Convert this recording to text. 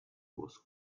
was